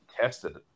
tested